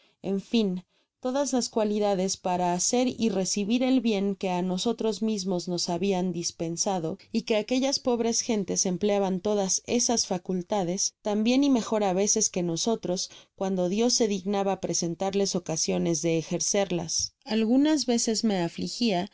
en fin todas las cualidades para hacer y recibir el bien que á nosotros mismos nos habian dispensado y que aquellas pobres gentes empleaban todas esas facultades tambien y mejor á veces que nosotros cuando dios se dignaba presentarles ocasiones de ejercerlas algunas veces me afligia